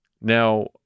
Now